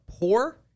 poor